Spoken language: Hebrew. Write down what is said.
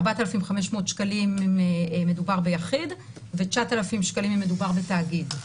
4,500 שקלים אם מדובר ביחיד ו-9,000 שקלים אם מדובר בתאגיד.